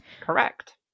correct